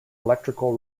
electrical